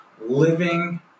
Living